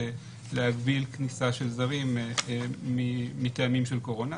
להגביל כניסה של זרים מטעמים של קורונה.